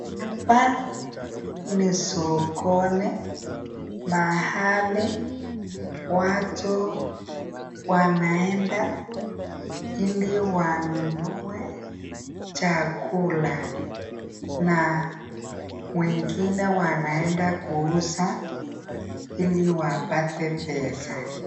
Hapa ni sokoni mahali watu wanaenda ili wanunue chakula na wengine wanaenda kuuza ili wapate pesa.